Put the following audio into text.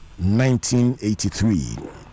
1983